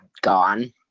gone